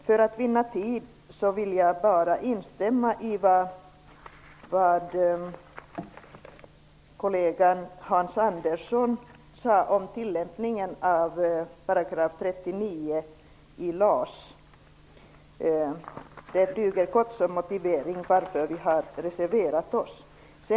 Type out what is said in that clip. För att vinna tid vill jag bara instämma i vad kollegan Hans Andersson sade om tillämpningen av 39 § i LAS. Det duger som kort motivering för att vi har reserverat oss.